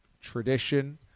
tradition